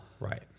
Right